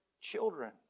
children